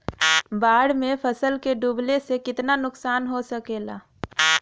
बाढ़ मे फसल के डुबले से कितना नुकसान हो सकेला?